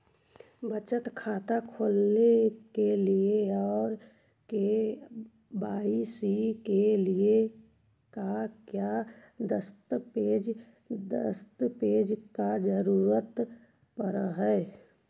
बचत खाता खोलने के लिए और के.वाई.सी के लिए का क्या दस्तावेज़ दस्तावेज़ का जरूरत पड़ हैं?